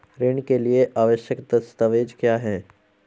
ऋण के लिए आवश्यक दस्तावेज क्या हैं?